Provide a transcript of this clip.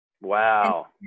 Wow